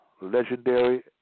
legendary